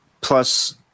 plus